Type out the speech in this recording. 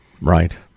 Right